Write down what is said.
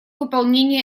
выполнение